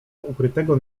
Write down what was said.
ukrytego